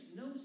no